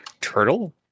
turtle